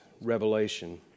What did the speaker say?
revelation